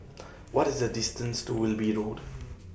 What IS The distance to Wilby Road